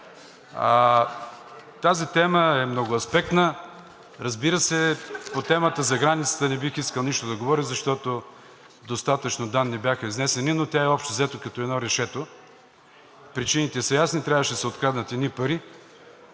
Тази тема е многоаспектна. Разбира се, по темата за границата не бих искал нищо да говоря, защото достатъчно данни бяха изнесени, но тя е, общо взето, като едно решето. Причините са ясни – трябваше да се откраднат едни пари.